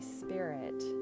spirit